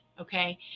Okay